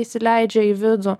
įsileidžia į vidų